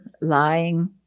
lying